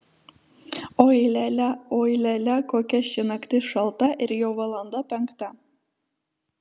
oi lia lia oi lia lia kokia ši naktis šalta ir jau valanda penkta